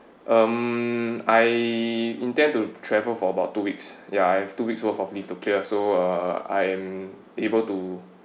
um I intend to travel for about two weeks ya I've two weeks worth of leaves to clear so uh I'm able to